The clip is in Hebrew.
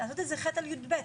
לעשות את זה ח' עד י"ב,